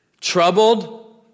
Troubled